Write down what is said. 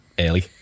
Early